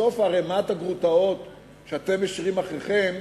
בסוף ערימת הגרוטאות שאתם משאירים אחריכם,